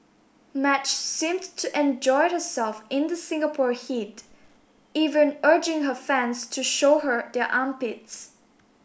Madge seemed to enjoy herself in the Singapore heat even urging her fans to show her their armpits